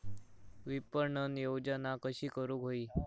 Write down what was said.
विपणन योजना कशी करुक होई?